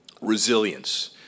Resilience